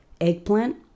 eggplant